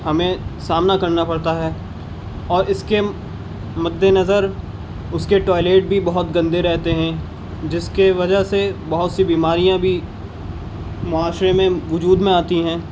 ہمیں سامنا کرنا پڑتا ہے اور اس کے مدنظر اس کے ٹوائلیٹ بھی بہت گندے رہتے ہیں جس کے وجہ سے بہت سی بیماریاں بھی معاشرے میں وجود میں آتی ہیں